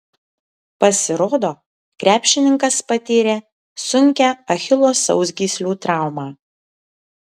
pasirodo krepšininkas patyrė sunkią achilo sausgyslių traumą